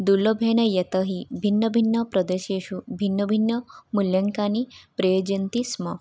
दुर्लभेन यतोहि भिन्नभिन्नप्रदेशेषु भिन्नभिन्न मूल्याङ्कानि प्रयोजन्ति स्म